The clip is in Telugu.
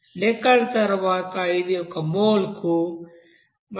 లెక్కల తరువాత ఇది ఒక మోల్కు 1366